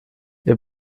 ihr